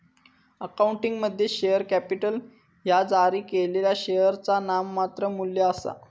अकाउंटिंगमध्ये, share capital ह्या जारी केलेल्या शेअरचा नाममात्र मू्ल्य आसा